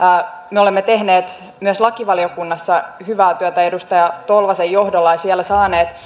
me olemme tehneet myös lakivaliokunnassa hyvää työtä edustaja tolvasen johdolla ja siellä saaneet